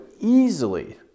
easily